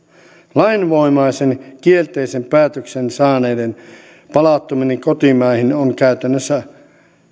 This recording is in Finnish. lainvoimaisen kielteisen päätöksen saaneiden palauttaminen kotimaihin on käytännössä